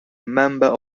member